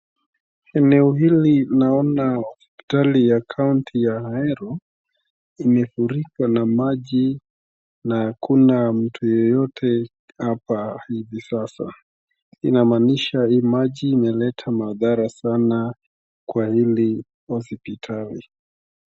Eneo hili naona hospitali ya kaunti ya Ahero. Imefurika na maji na hakuna mtu yeyote hapa hivi sasa. Inamaanisha hii maji imeleta madhara sana kwa hili hospitali.